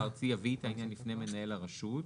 הארצי יביא את העניין לפני מנהל הרשות".